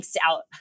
out